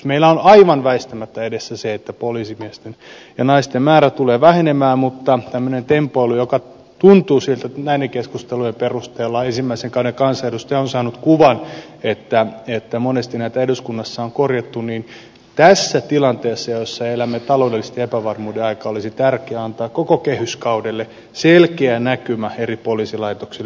meillä on aivan väistämättä edessä se että poliisimiesten ja naisten määrä tulee vähenemään mutta tämmöisen tempoilun sijaan näiden keskustelujen perusteella ensimmäisen kauden kansanedustaja on saanut kuvan että monesti näitä eduskunnassa on korjattu tässä tilanteessa jossa elämme taloudellisen epävarmuuden aikaa olisi tärkeää antaa koko kehyskaudelle selkeä näkymä eri poliisilaitoksille määrärahakehityksestä